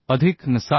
अधिक NsAnsA